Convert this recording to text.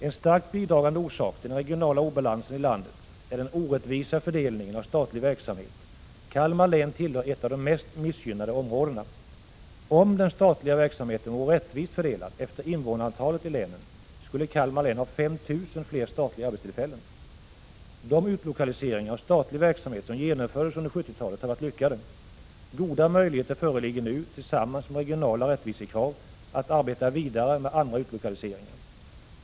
En starkt bidragande orsak till den regionala obalansen i landet är den orättvisa fördelningen av statlig verksamhet. Kalmar län tillhör de mest missgynnade områdena. Om den statliga verksamheten vore rättvist fördelad efter invånarantalet i länen skulle Kalmar län ha 5 000 flera statliga arbetstillfällen. De utlokaliseringar av statlig verksamhet som genomfördes under 1970 talet har varit lyckade. Man har nu goda möjligheter, mot bakgrund av regionala rättvisekrav, att arbeta vidare med andra utlokaliseringar.